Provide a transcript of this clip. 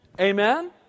Amen